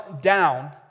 down